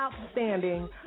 outstanding